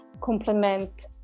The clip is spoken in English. complement